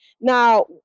Now